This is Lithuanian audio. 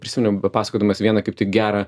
prisiminiau bepasakodamas vieną kaip tik gerą